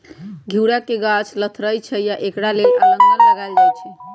घिउरा के गाछ लथरइ छइ तऽ एकरा लेल अलांन लगायल जाई छै